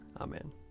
Amen